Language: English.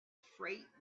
freight